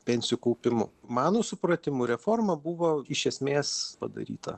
pensijų kaupimu mano supratimu reforma buvo iš esmės padaryta